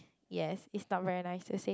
yes it's not very nice to say